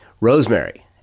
Rosemary